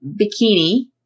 bikini